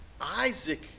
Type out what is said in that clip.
Isaac